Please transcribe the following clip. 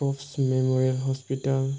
Crofts memorial hospital